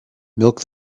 milk